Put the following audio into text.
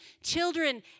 children